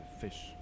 fish